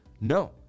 No